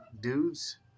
dudes